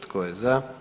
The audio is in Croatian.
Tko je za?